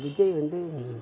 விஜய் வந்து